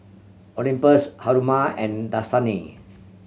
Olympus Haruma and Dasani